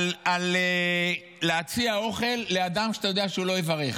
על להציע אוכל לאדם שאתה יודע שהוא לא יברך.